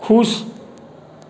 खुश